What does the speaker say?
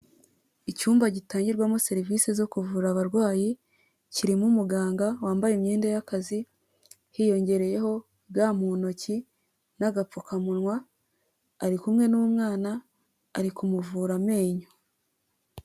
Icyumba gitangirwamo serivise zo kuvura abarwayi, kirimo umuganga wambaye imyenda y'akazi, hiyongereyeho ga mu ntoki n'agapfukamunwa, ari kumwe n'umwana, ari kumuvura amenyo.